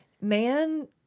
man